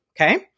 Okay